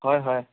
হয় হয়